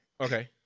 Okay